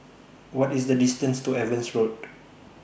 What IS The distance to Evans Road